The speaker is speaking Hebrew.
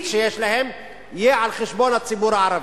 שיש להם יהיה על חשבון הציבור הערבי.